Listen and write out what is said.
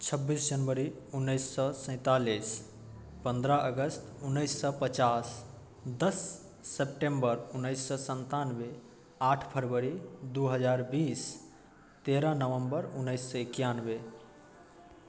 छब्बीस जनवरी उन्नैस सए सैंतालिस पन्द्रह अगस्त उन्नैस सए पचास दश सेप्टेम्बर उन्नैस सए सन्तानबे आठ फरवरी दू हजार बीस तेरह नवंबर उन्नैस सए एकानबे